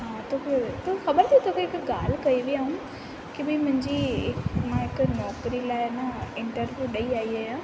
हा तोखे तोखे ख़बर अथई तोखे हिकु ॻाल्हि कई हुई आऊं के भई मुंहिंजी मां हिकु नौकरी लाइ न इंटरव्यू ॾई आई आहियां